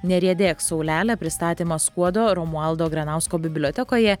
neriedėk saulele pristatymas skuodo romualdo granausko bibliotekoje